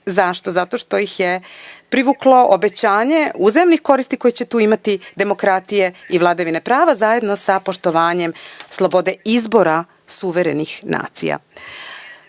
Zašto? Zato što ih je privuklo obećanje uzajamnih koristi koje će tu imati demokratije i vladavine prava zajedno sa poštovanjem slobode izbora suverenih nacija. Kako